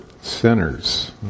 sinners